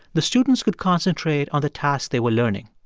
the students could concentrate on the task they were learning.